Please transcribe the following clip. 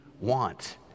want